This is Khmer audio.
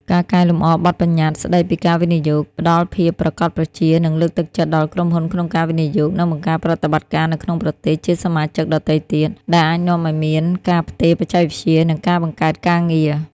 ការកែលម្អបទប្បញ្ញត្តិស្តីពីការវិនិយោគ ផ្តល់ភាពប្រាកដប្រជា និងលើកទឹកចិត្តដល់ក្រុមហ៊ុនក្នុងការវិនិយោគ និងបង្កើតប្រតិបត្តិការនៅក្នុងប្រទេសជាសមាជិកដទៃទៀត ដែលអាចនាំឲ្យមាន ការផ្ទេរបច្ចេកវិទ្យា និងការបង្កើតការងារ។